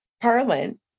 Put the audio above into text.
Parliament